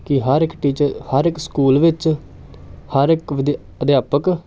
ਕਿ ਹਰ ਇੱਕ ਟੀਚਰ ਹਰ ਇੱਕ ਸਕੂਲ ਵਿੱਚ ਹਰ ਇੱਕ ਵਿਦ ਅਧਿਆਪਕ